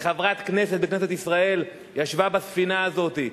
וחברת כנסת ישראל ישבה בספינה הזאת.